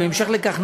ובהמשך לכך,